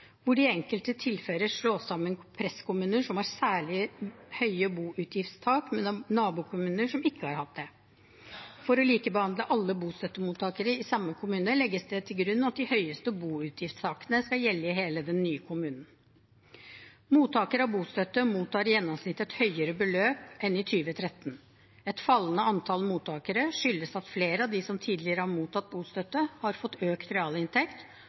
hvor det i enkelte tilfeller slås sammen presskommuner som har særlig høye boutgiftstak, med nabokommuner som ikke har hatt det. For å likebehandle alle bostøttemottakere i samme kommune legges det til grunn at de høyeste boutgiftstakene skal gjelde i hele den nye kommunen. Mottakere av bostøtte mottar i gjennomsnitt et høyere beløp enn i 2013. Et fallende antall mottakere skyldes at flere av de som tidligere har mottatt bostøtte, har fått økt realinntekt,